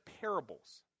parables